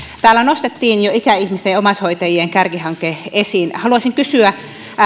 täällä nostettiin jo ikäihmisten omaishoitajien kärkihanke esiin haluaisin kysyä